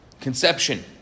Conception